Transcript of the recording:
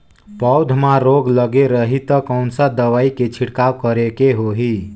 पौध मां रोग लगे रही ता कोन सा दवाई के छिड़काव करेके होही?